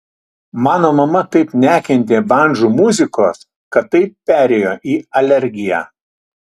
mano mama taip nekentė bandžų muzikos kad tai perėjo į alergiją